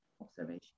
observation